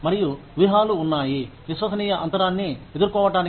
మరియు వ్యూహాలు ఉన్నాయి విశ్వసనీయ అంతరాన్ని ఎదుర్కోవటానికి